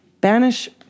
banish